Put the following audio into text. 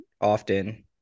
often